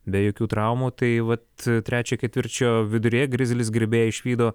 be jokių traumų tai vat trečio ketvirčio viduryje grizlis gerbėjai išvydo